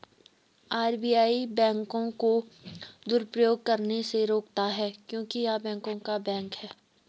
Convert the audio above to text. RBI बैंकों को दुरुपयोग करने से रोकता हैं क्योंकि य़ह बैंकों का बैंक हैं